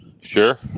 sure